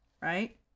right